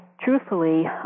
Truthfully